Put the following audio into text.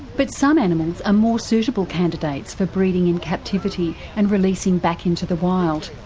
but some animals are more suitable candidates for breeding in captivity and releasing back into the wild.